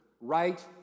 right